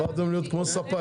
הפכתם להיות כמו ספק.